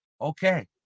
Okay